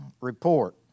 report